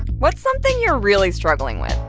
what's something you're really struggling with?